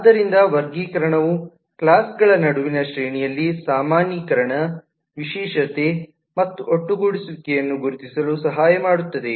ಆದ್ದರಿಂದ ವರ್ಗೀಕರಣವು ಕ್ಲಾಸ್ ಗಳ ನಡುವಿನ ಶ್ರೇಣಿಯಲ್ಲಿನ ಸಾಮಾನ್ಯೀಕರಣ ವಿಶೇಷತೆ ಮತ್ತು ಒಟ್ಟುಗೂಡಿಸುವಿಕೆಯನ್ನು ಗುರುತಿಸಲು ಸಹಾಯ ಮಾಡುತ್ತದೆ